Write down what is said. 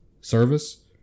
service